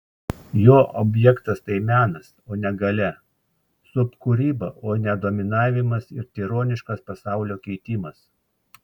jo objektas tai menas o ne galia subkūryba o ne dominavimas ir tironiškas pasaulio keitimas